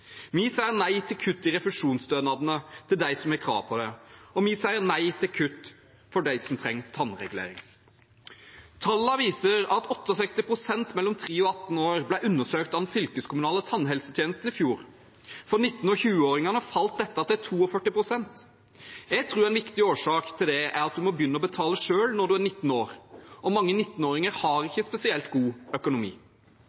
Vi sier nei til kutt i refusjonsstønadene til dem som har krav på det, og vi sier nei til kutt for dem som trenger tannregulering. Tallene viser at 68 pst. av dem mellom 3 og 18 år ble undersøkt av den fylkeskommunale tannhelsetjenesten i fjor. For 19- og 20-åringene falt dette til 42 pst. Jeg tror en viktig årsak til det er at en må begynne å betale selv når en er 19 år, og mange 19-åringer har